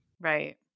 Right